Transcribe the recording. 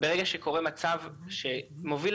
אפשר למנוע את הסכנה